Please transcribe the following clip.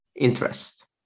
interest